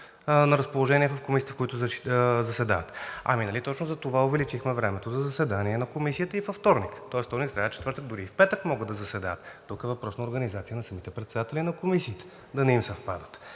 на разположение в комисиите, в които заседават. Ами нали точно затова увеличихме времето за заседания на комисиите, тоест във вторник, сряда, четвъртък, дори и в петък те могат да заседават?! Тук е въпрос на организация на самите председатели на комисиите и да не им съвпадат,